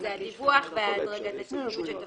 שזה הדיווח וההדרגתיות שתחול.